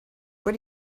what